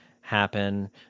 happen